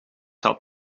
had